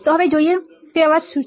હવે ચાલો જોઈએ કે અવાજ શું છે